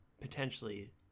potentially